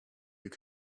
your